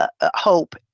hope